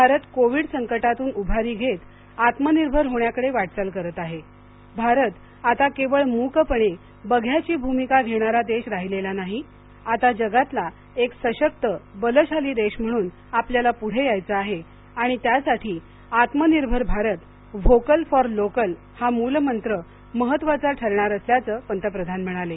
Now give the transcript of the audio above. Bharat covid संकटातून उभारी घेत आत्मनिर्भर होण्याकडे वाटचाल करत आहे भारत आता केवळ मूकपणे बघ्याची भूमिका घेणारा देश राहिलेला नाही आता जगातला एक सशक्त बलशाली देश म्हणून आपल्याला पुढे यायचं आहे आणि त्यासाठी आत्मनिर्भर भारत व्होकल फॉर लोकल हा मूलमंत्र महत्त्वाचा ठरणार असल्याचं पंतप्रधान म्हणाले